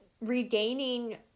regaining